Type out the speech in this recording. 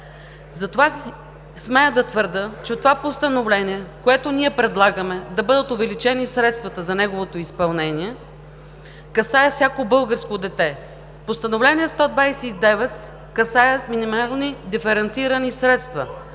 Затова смея да твърдя, че от това Постановление, което ние предлагаме – да бъдат увеличени средствата за неговото изпълнение, касае всяко българско дете. Постановление 129 касае минимални диференцирани средства